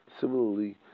Similarly